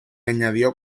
añadió